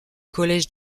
collège